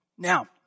Now